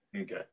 Okay